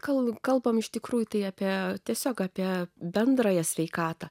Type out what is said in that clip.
kol kalbame iš tikrųjų tai apie tiesiog apie bendrąją sveikatą